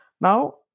Now